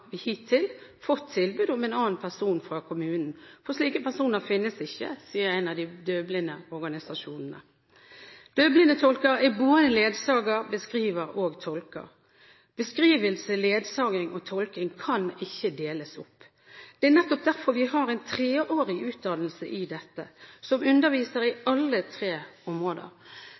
Nav hittil fått tilbud om en annen person fra kommunen, for slike personer finnes ikke, sier en av de døvblindes organisasjoner. Døvblindtolker er ledsager, beskriver og tolker. Beskrivelse, ledsaging og tolking kan ikke deles opp. Det er nettopp derfor vi har en treårig utdannelse i dette, i alle tre områder.